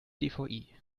dvi